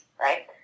right